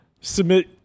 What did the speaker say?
Submit